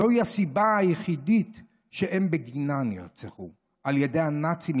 זוהי הסיבה היחידה שבגינה הם נרצחו על ידי הנאצים,